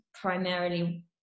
primarily